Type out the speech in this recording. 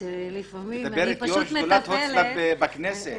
מדברת יושבת ראש שדולת הוצאה לפועל בכנסת.